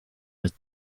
was